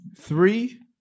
Three